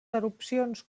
erupcions